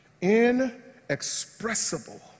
inexpressible